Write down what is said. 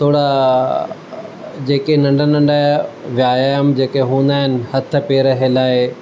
थोरा जेके नंढा नंढा व्यायाम जेके हूंदा आहिनि हथु पेरु हिलाए